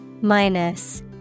Minus